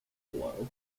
blow